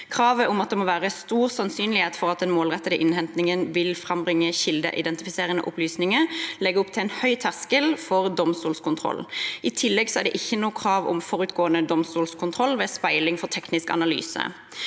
Kravet om at det må være stor sannsynlighet for at den målrettede innhentingen vil frambringe kildeidentifiserende opplysninger, legger opp til en høy terskel for domstolskontrollen. I tillegg er det ikke noe krav om forutgående domstolskontroll ved speiling for teknisk analyse.